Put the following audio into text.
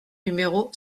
numéro